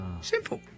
simple